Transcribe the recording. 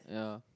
ya